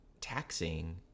taxing